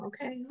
okay